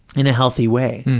in a healthy way.